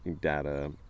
data